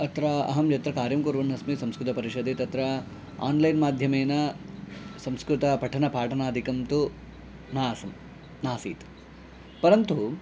अत्र अहं यत्र कार्यं कुर्वन् अस्मि संस्कृतपरिषदि तत्र आन्लैन् माध्यमेन संस्कृतपठनं पाठनादिकं तु न आसम् न आसीत् परन्तु